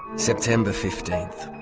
september fifteenth